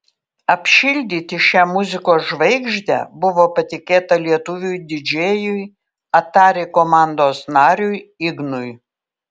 apšildyti šią muzikos žvaigždę buvo patikėta lietuviui didžėjui atari komandos nariui ignui